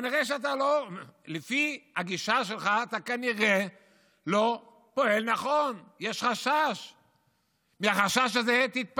לפי הגישה שלך אתה כנראה לא פועל נכון, יש חשש.